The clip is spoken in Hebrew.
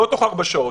לא ארבע שעות.